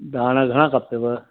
धाणा घणे खपेव